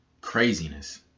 craziness